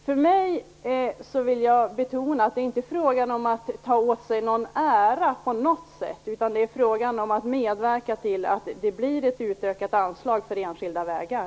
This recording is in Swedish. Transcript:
För min del vill jag betona att det inte på något sätt är fråga om att ta åt sig någon ära, utan att det är fråga om att medverka till att det blir ett utökat anslag för enskilda vägar.